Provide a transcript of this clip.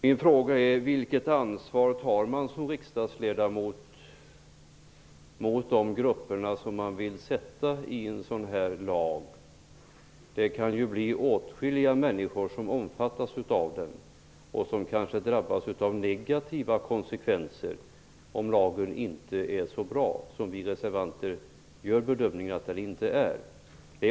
Min fråga är: Vilket ansvar tar man som riksdagsledamot i förhållande till de grupper som man vill sätta i en sådan här lag? Det kan ju bli åtskilliga människor som omfattas av den och som kanske drabbas av de negativa konsekvenserna, om lagen inte är så bra; vi reservanter gör bedömningen att den inte är det.